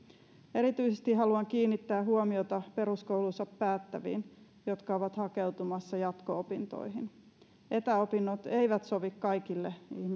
erityisesti haluan kiinnittää huomiota peruskoulunsa päättäviin jotka ovat hakeutumassa jatko opintoihin etäopinnot eivät sovi kaikille